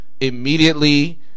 Immediately